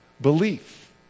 belief